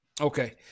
okay